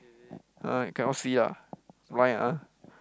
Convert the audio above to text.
ah cannot see ah blind ah